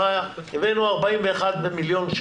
ולכן הגידול הזה של 2% הוא לא מתאים.